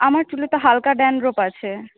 আমার চুলে তো হালকা ড্যানড্রফ আছে